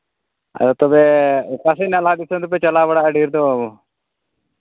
ᱟᱫᱚ ᱛᱚᱵᱮ ᱚᱠᱟ ᱥᱮᱫ ᱱᱟᱞᱦᱟ ᱫᱤᱥᱚᱢ ᱫᱚᱯᱮ ᱪᱟᱞᱟᱣ ᱵᱟᱲᱟᱜᱼᱟ ᱰᱷᱮ ᱨ ᱫᱚ